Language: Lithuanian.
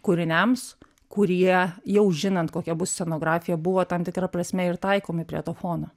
kūriniams kurie jau žinant kokia bus scenografija buvo tam tikra prasme ir taikomi prie to fono